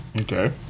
Okay